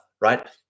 Right